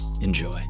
Enjoy